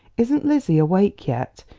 isn't lizzie awake yet?